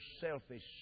selfish